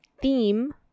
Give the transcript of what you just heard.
theme